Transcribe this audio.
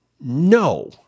No